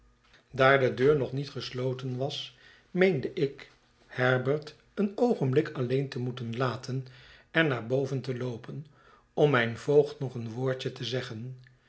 daar de deur nog niet gesloten was meende ik herbert een oogenblik alleen te moeten laten en naar boven te loopen om mijn voogd nog een woordje te zeggen